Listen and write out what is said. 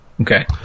Okay